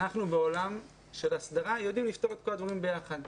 אנחנו בעולם של הסדרה יודעים לפתור את כל הדברים ביחד.